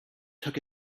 took